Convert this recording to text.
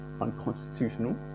unconstitutional